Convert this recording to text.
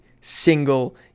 single